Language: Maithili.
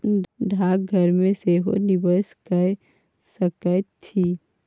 डाकघर मे सेहो निवेश कए सकैत छी